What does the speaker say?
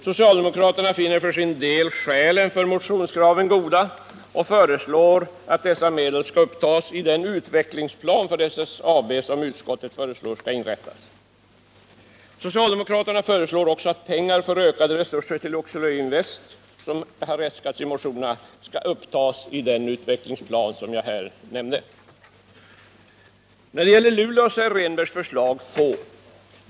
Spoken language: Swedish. Socialdemokraterna finner för sin del skälen för motionskraven goda och föreslår att dessa medel skall upptas i den utvecklingsplan för SSAB som utskottet föreslår skall upprättas. Socialdemokraterna föreslår också att de pengar för ökade resurser till Oxelöinvest AB som äskats i motionerna skall upptas i den utvecklingsplan som jag här nämnde. När det gäller Luleå är Rehnbergs förslag få.